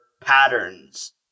patterns